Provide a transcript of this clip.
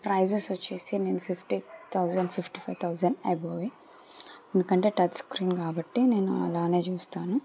prices వచ్చేసి నేను fifty thousand fifty five thousand above ఎందుకంటే టచ్ స్క్రీన్ కాబట్టి నేను అలానే చూస్తాను